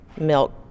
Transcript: milk